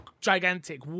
gigantic